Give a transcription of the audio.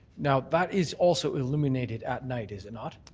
now, that is also illuminated at night, is it not?